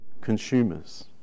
consumers